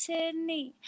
Sydney